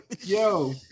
Yo